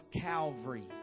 Calvary